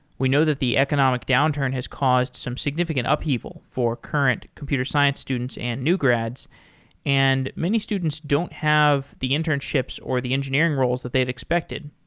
we know that the economic downturn has caused some significant upheaval for current computer science students and new grads and many students don't have the internships or the engineering roles that they'd expected,